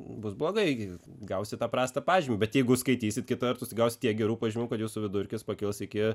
bus blogai gausi tą prastą pažymį bet jeigu skaitysit kita vertus tai gausit tiek gerų pažymių kad jūsų vidurkis pakils iki